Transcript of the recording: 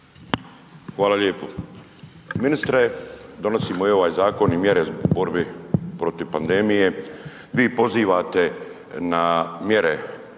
Hvala lijepo. Ministre, donosimo i ovaj zakon i mjere u borbi protiv pandemije. Vi pozivate na mjere